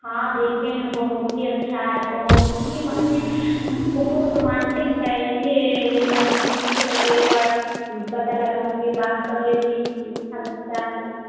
हाँ देखे हैं बहुत ही अच्छा है बहुत ही माने बहुत रोमांटिक है इसलिए मैं पूछी कि चलो एक बार पता लगा कर बात कर लेती हूँ अच्छा लगता है